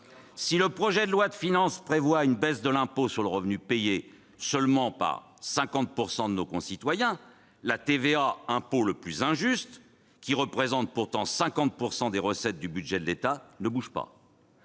Si le projet de loi de finances prévoit une baisse de l'impôt sur le revenu, payé par seulement 50 % de nos concitoyens, la TVA, qui est l'impôt le plus injuste et représente pourtant 50 % des recettes du budget de l'État, ne bouge pas.